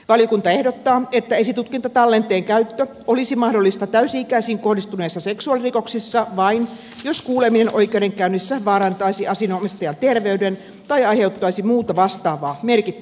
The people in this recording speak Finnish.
valiokunta ehdottaa että esitutkintatallenteen käyttö olisi mahdollista täysi ikäisiin kohdistuneissa seksuaalirikoksissa vain jos kuuleminen oikeudenkäynnissä vaarantaisi asianomistajan terveyden tai aiheuttaisi muuta vastaavaa merkittävää haittaa